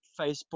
Facebook